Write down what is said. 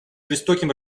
жестоким